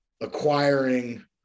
acquiring